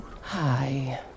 Hi